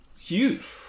huge